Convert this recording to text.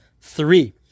three